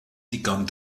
ddigon